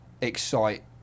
excite